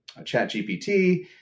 ChatGPT